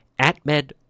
AtMed